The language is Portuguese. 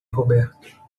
roberto